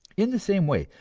in the same way,